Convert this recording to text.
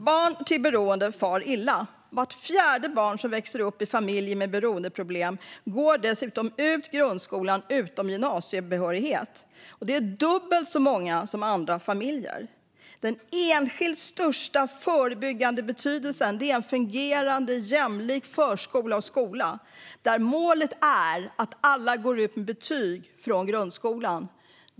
Barn till beroende far illa. Vart fjärde barn som växer upp i en familj med beroendeproblem går dessutom ut grundskolan utan gymnasiebehörighet. Det är dubbelt så många som i andra familjer. Den enskilt största förebyggande betydelsen är en fungerande jämlik förskola och skola med målet att alla går ut med betyg från grundskolan.